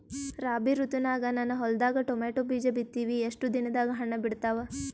ರಾಬಿ ಋತುನಾಗ ನನ್ನ ಹೊಲದಾಗ ಟೊಮೇಟೊ ಬೀಜ ಬಿತ್ತಿವಿ, ಎಷ್ಟು ದಿನದಾಗ ಹಣ್ಣ ಬಿಡ್ತಾವ?